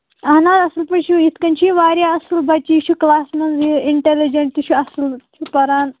اَہَن حظ اَصٕل پٲٹھۍ چھُو یِتھٕ کٔنۍ چھُ یہِ واریاہ اَصٕل بچہٕ یہِ چھُ کٔلاسَس منٛز یہِ اِنٹیلِجٮ۪نٛٹ تہِ چھُ اَصٕل یہِ چھُ پَران